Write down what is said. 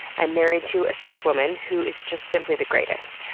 i'm married to a cis woman who is just simply the greatest.